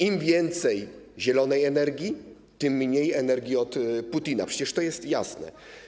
Im więcej zielonej energii, tym mniej energii od Putina - przecież to jest jasne.